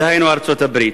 דהיינו ארצות-הברית.